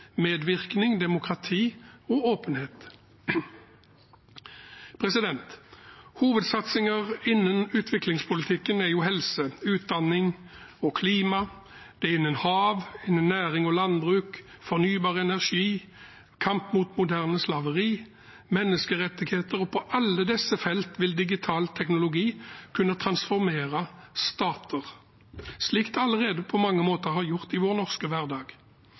medvirkning, demokrati og åpenhet. Hovedsatsinger innenfor utviklingspolitikken er helse, utdanning, klima, hav, næring og landbruk, fornybar energi, menneskerettigheter og kamp mot moderne slaveri. På alle disse feltene vil digital teknologi kunne transformere stater, slik den allerede på mange måter har gjort i vår norske hverdag.